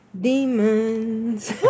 demons